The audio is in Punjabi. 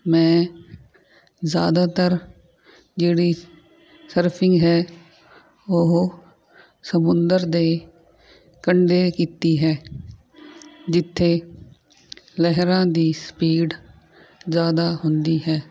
ਮੈਂ ਜ਼ਿਆਦਾਤਰ ਜਿਹੜੀ ਸਰਫਿੰਗ ਹੈ ਉਹ ਸਮੁੰਦਰ ਦੇ ਕੰਢੇ ਕੀਤੀ ਹੈ ਜਿੱਥੇ ਲਹਿਰਾਂ ਦੀ ਸਪੀਡ ਜ਼ਿਆਦਾ ਹੁੰਦੀ ਹੈ